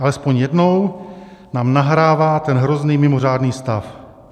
Alespoň jednou nám nahrává ten hrozný mimořádný stav.